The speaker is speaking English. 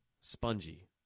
spongy